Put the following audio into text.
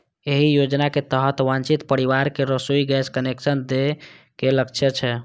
एहि योजनाक तहत वंचित परिवार कें रसोइ गैस कनेक्शन दए के लक्ष्य छै